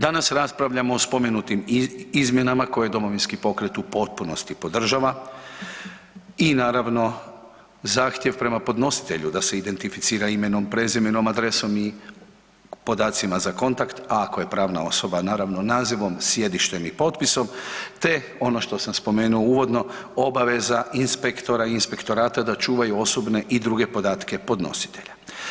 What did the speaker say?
Danas raspravljamo o spomenutim izmjenama koje Domovinski pokret u potpunosti podržava i naravno zahtjev prema podnositelju da se identificira imenom, prezimenom, adresom i podacima za kontakt, a ako je pravna osoba naravno nazivom, sjedištem i potpisom, te ono što sam spomenuo uvodno obaveza inspektora i inspektorata da čuvaju osobne i druge podatke podnositelja.